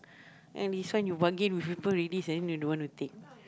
then this one you bargain with people already then you don't want to take